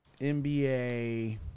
NBA